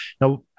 now